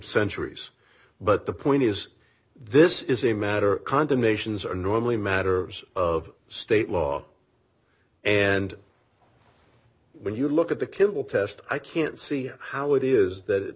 centuries but the point is this is a matter condemnations are normally matter of state law and when you look at the kimball test i can't see how it is that